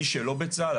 מי שלא בצה"ל,